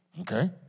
Okay